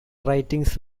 writings